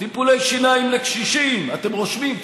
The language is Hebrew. טיפולי שיניים לקשישים אתם רושמים?